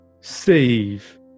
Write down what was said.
save